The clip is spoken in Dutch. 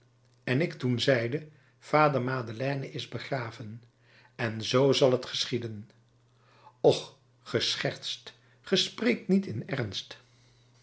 en ik toen zeide vader madeleine is begraven en zoo zal t geschieden och ge schertst ge spreekt niet in ernst